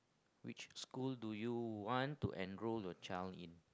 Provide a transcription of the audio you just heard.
which school do you want to enroll your child in